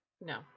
No